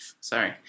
Sorry